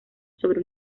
sobre